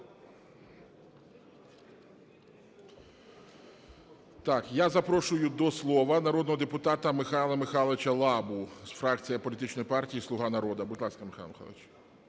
Так, я запрошую до слова народного депутата Михайла Михайловича Лабу, фракція політичної партії "Слуга народу". Будь ласка, Михайло Михайлович.